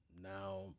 now –